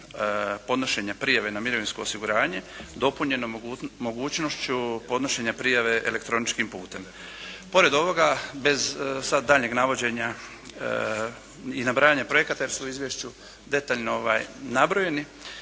podnošenja prijave na mirovinsko osiguranje dopunjeno mogućnošću podnošenja prijave elektroničkim putem. Pored ovoga bez sad daljnjeg navođenja i nabrajanja projekata jer su u izvješću detaljno nabrojeni